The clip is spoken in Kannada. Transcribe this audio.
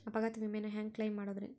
ಅಪಘಾತ ವಿಮೆನ ಹ್ಯಾಂಗ್ ಕ್ಲೈಂ ಮಾಡೋದ್ರಿ?